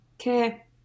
Okay